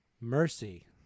Mercy